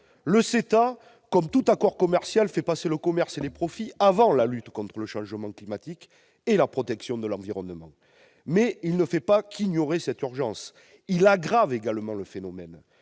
Le CETA, comme tout accord commercial, fait passer le commerce et les profits avant la lutte contre le changement climatique et la protection de l'environnement. Non seulement il ignore cette urgence, mais il aggrave le phénomène.